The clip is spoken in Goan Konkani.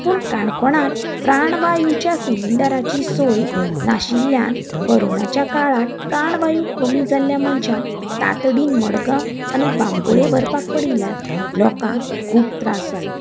पूण काणकोणांत प्राणवायुच्या सिलिंडराची सोय नाशिल्ल्यान कोरोनाच्या काळांत प्राणवायु कमी जाल्ल्या मनशांक तातडीन मडगांव आनी बांबोळे व्हरपाक पडिल्ल्यान लोकांक खूब त्रास जालो